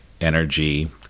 energy